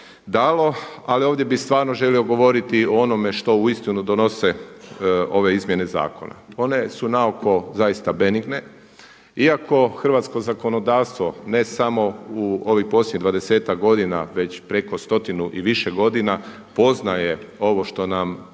ali ovdje bi stvarno želio govoriti o onome što uistinu donose ove izmjene zakona. One su na oko zaista benigne iako hrvatsko zakonodavstvo, ne samo u posljednjih dvadesetak godina već preko stotinu i više godina poznaje ovo što nam